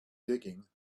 digging